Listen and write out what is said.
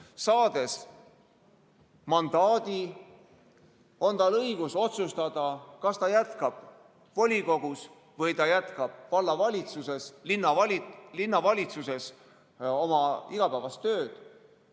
Saades mandaadi, on tal õigus otsustada, kas ta jätkab volikogus või ta jätkab valla‑ või linnavalitsuses oma igapäevast tööd,